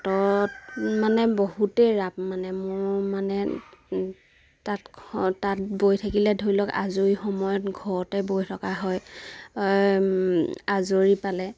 ত মানে বহুতেই ৰাপ মানে মোৰ মানে তাঁত তাঁত বৈ থাকিলে ধৰি লওক আজৰি সময়ত ঘৰতে বৈ থকা হয় আজৰি পালে